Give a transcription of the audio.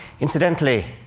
incidentally,